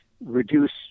reduce